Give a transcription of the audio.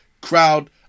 crowd